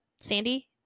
Sandy